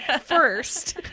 first